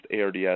ARDS